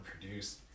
produced